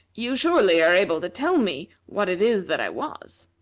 you surely are able to tell me what it is that i was.